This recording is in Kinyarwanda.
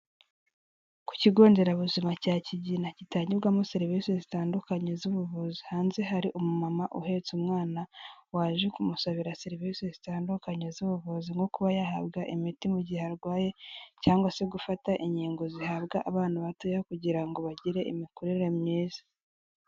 Ku kigo nderabuzima cya Kigina, gitangirwamo serivisi zitandukanye z'ubuvuzi, hanze hari umumama uhetse umwana, waje kumusabira serivisi zitandukanye z'ubuvuzi, nko kuba yahabwa imiti mu gihe arwaye cyangwa se gufata inkingo zihabwa abana batoya kugira ngo bagire imikurere myiza.